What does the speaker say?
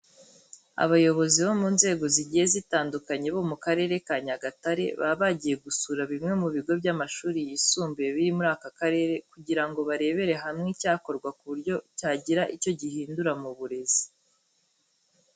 Abayobozi bo mu nzego zigiye zitandukanye bo mu Karere ka Nyagatare, baba bagiye gusura bimwe mu bigo by'amashuri yisumbuye biri muri aka karere kugira ngo barebere hamwe icyakorwa ku buryo cyagira icyo gihindura mu burezi.